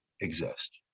exist